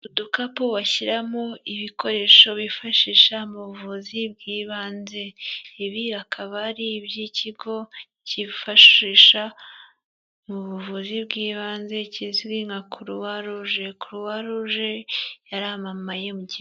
Udukapu bashyiramo ibikoresho bifashisha mu buvuzi bw'ibanze, ibi akaba ari iby'ikigo cyifashisha mu buvuzi bw'ibanze kizwi nka Kuruwaruje, Kuruwaruje yaramamaye mu gihugu.